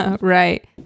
Right